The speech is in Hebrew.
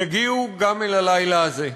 יגיעו גם אל הלילה הזה,